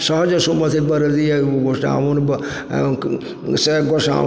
सहज सुमति बड़ दिअ गोसाउन से गोसाउन